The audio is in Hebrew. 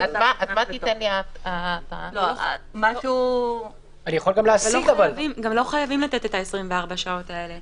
מה תיתן לי --- גם לא חייבים לתת את 24 השעות האלה.